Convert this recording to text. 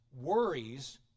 worries